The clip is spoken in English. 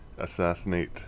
Assassinate